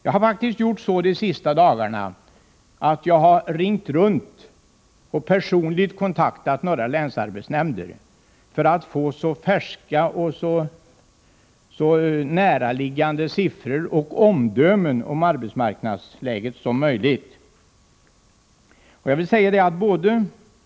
De senaste dagarna har jag ringt runt och personligen kontaktat några länsarbetsnämnder för att få så färska och näraliggande siffror och omdömen om arbetsmarknadsläget som möjligt.